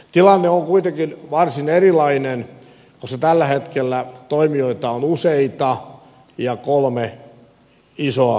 tilanne on kuitenkin varsin erilainen koska tällä hetkellä toimijoita on useita ja on kolme isoa toimijaa